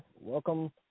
welcome